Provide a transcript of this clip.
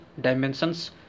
dimensions